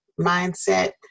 mindset